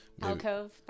Alcove